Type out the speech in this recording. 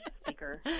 speaker